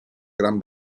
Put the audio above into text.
gran